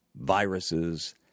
viruses